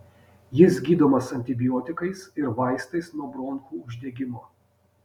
jis gydomas antibiotikais ir vaistais nuo bronchų uždegimo